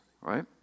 right